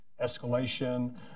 escalation